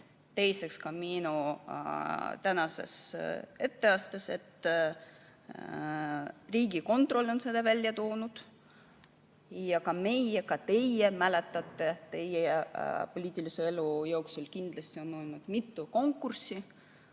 teiseks minu tänases etteastes, et Riigikontroll on selle välja toonud. Ka teie seda mäletate, teie poliitilise elu jooksul on kindlasti olnud mitu konkurssi,